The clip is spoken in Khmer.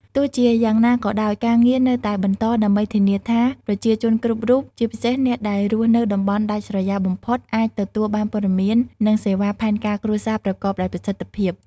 ទោះជាយ៉ាងណាក៏ដោយ ការងារនៅតែបន្តដើម្បីធានាថាប្រជាជនគ្រប់រូប ជាពិសេសអ្នកដែលរស់នៅតំបន់ដាច់ស្រយាលបំផុត អាចទទួលបានព័ត៌មាន និងសេវាផែនការគ្រួសារប្រកបដោយប្រសិទ្ធិភាព។